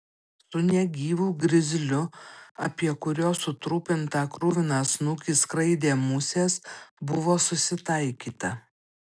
su negyvu grizliu apie kurio sutrupintą kruviną snukį skraidė musės buvo susitaikyta